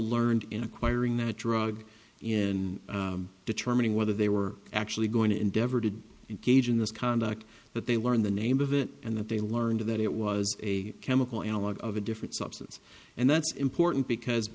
learned in acquiring that drug in determining whether they were actually going to endeavor to engage in this conduct that they learned the name of it and that they learned that it was a chemical analog of a different substance and that's important because